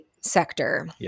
sector